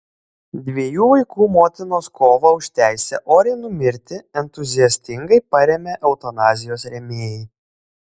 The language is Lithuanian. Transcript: dviejų vaikų motinos kovą už teisę oriai numirti entuziastingai parėmė eutanazijos rėmėjai